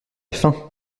faim